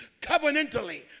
covenantally